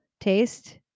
taste